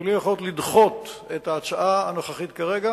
במלים אחרות, לדחות את ההצעה הנוכחית כרגע